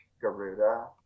Garuda